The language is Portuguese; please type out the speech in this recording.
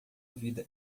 vida